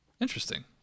Interesting